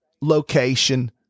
location